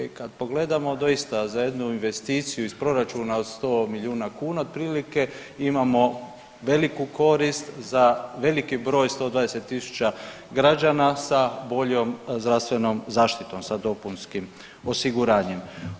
I kad pogledamo, doista za jednu investiciju iz proračuna od 100 milijuna kuna, od prilike, imamo veliku korist za veliki broj, 120 tisuća građana, sa boljom zdravstvenom zaštitom, sa dopunskim osiguranjem.